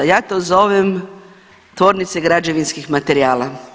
Ja to zovem tvornica građevinskih materijala.